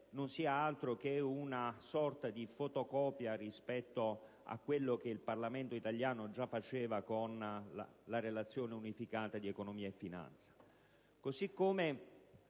non sia altro che una sorta di fotocopia rispetto a quello che il Parlamento italiano già faceva con la relazione unificata di economia e finanza.